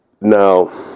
Now